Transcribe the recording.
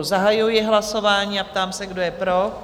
Zahajuji hlasování a ptám se, kdo je pro?